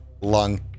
lung